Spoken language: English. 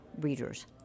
readers